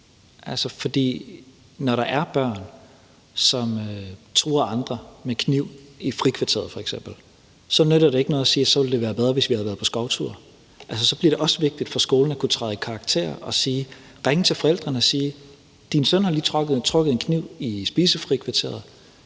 når der er børn, som f.eks. truer andre med kniv i frikvarteret, nytter det ikke noget at sige, at så ville det være bedre, hvis vi havde været på skovtur. Altså, så bliver det også vigtigt for skolen at kunne træde i karakter og ringe til forældrene og sige: Din søn har lige trukket en kniv i spisefrikvarteret.